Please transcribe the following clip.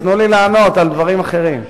אז תנו לענות על דברים אחרים.